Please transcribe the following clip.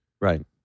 Right